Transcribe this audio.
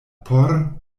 por